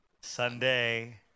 Sunday